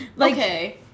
Okay